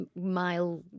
mile